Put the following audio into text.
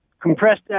compressed